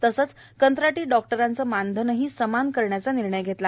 तसंच कंत्राटी डॉक्टरांचे मानधनही समान करण्याचा निर्णय घेतला